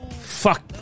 Fuck